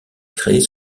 créés